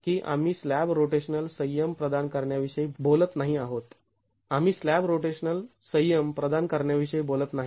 की आम्ही slab rotational संयम प्रदान करण्या विषयी बोलत नाही आहोत आम्ही स्लॅब रोटेशनल संयम प्रदान करण्या विषयी बोलत नाही